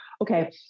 okay